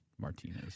Martinez